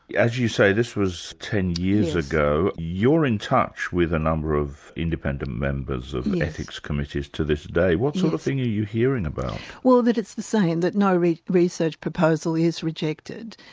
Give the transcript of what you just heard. yeah as you say, this was ten years ago. you're in touch with a number of independent members of ethics committees to this day. what sort of thing are you hearing about? well that it's the same, that no research proposal is rejected,